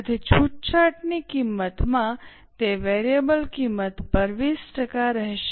તેથી છૂટછાટની કિંમતમાં તે વેરિયેબલ કિંમત પર 20 ટકા રહેશે